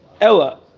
Ella